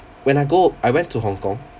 when I go I went to hong kong